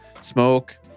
smoke